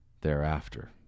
thereafter